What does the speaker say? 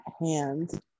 hand